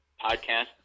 podcast